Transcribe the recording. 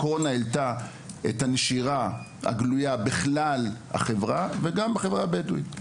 הקורונה העלתה את הנשירה הגלויה בכלל החברה וגם בחברה הבדואית,